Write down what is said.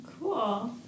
Cool